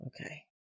okay